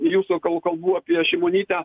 jūsų kal kalbų apie šimonytę